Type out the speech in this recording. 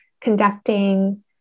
conducting